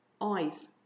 eyes